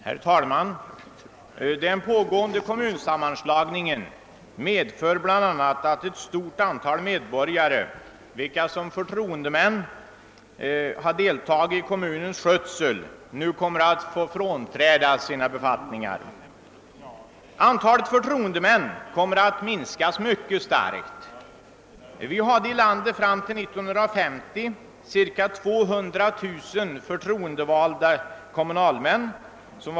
Herr talman! Den pågående kommunsammanslagningen medför bl.a. att ett stort antal medborgare, vilka som förtroendemän har deltagit i kommunernas skötsel, nu kommer att få frånträda sina befattningar. Antalet förtroendemän kommer att minskas mycket starkt. Vi hade i vårt land fram till 1959 cirka 200 000 verksamma förtroendevalda kommunalmän.